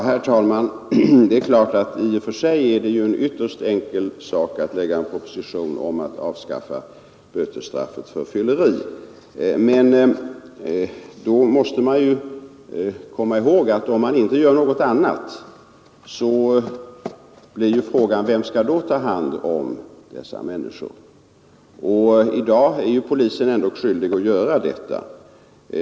Herr talman! Det är klart att i och för sig är det ju en ytterst enkel sak sstraffet för fylleri att lägga fram en proposition om att avskaffa böte Men då måste vi komma ihåg att om man inte gör något annat så blir frågan: Vem skall då ta hand om dessa människor? I dag är polisen ändock skyldig att göra detta.